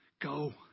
Go